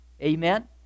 amen